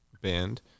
Band